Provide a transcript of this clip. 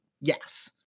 Yes